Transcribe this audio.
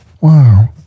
Wow